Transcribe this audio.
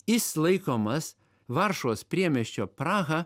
jis laikomas varšuvos priemiesčio praha